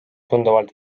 tunduvalt